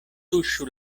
tuŝu